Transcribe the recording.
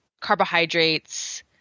carbohydrates